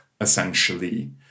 essentially